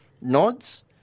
nods